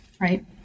right